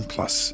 Plus